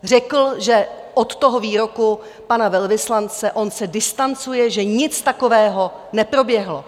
Řekl, že od toho výroku pana velvyslance on se distancuje, že nic takového neproběhlo.